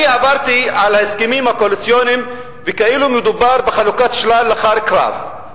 אני עברתי על ההסכמים הקואליציוניים וכאילו מדובר בחלוקת שלל אחר קרב,